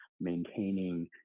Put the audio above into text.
maintaining